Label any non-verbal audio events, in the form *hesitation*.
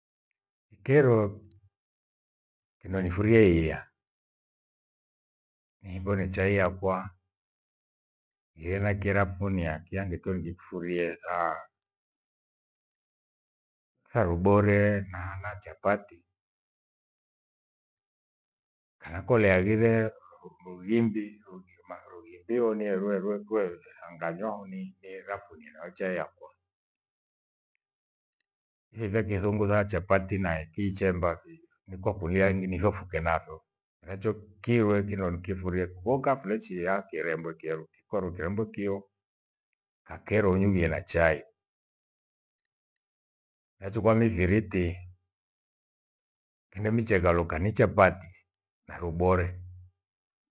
Ikero kindo nifuria iya nivone chai yakwa yenakerafunia, kyandiko nikifurie *hesitation* tha rubore na chapati. Kana kole haghire mughimbi, rubio mbihone *unintelligible* kue thaanganywa ni nira kuninwa oh chai yakwa. Hii vya kizungu tha chapati na ikichemba ni kwakulia ninjufuke napho. Miracho kirwe kindo nikifurie kuoka kule chia kirembwe hembwe kio na kero unyugwie na chai. Nachukua mithiri- ti henemichegha luka ni chapati na lubore.